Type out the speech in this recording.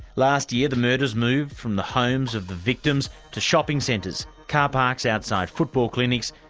last year, the murders moved from the homes of the victims to shopping centres, carparks outside football clinics,